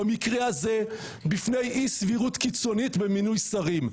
במקרה הזה בפני אי סבירות קיצונית במינוי שרים.